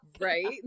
Right